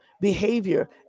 behavior